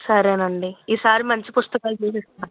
సరేనండి ఈసారి మంచి పుస్తకాలు చూపిస్తాంఉ